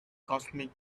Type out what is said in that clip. cosmic